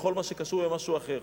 בכל מה שקשור למשהו אחר,